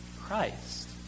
Christ